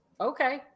okay